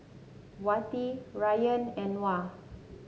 Wati Ryan and Noah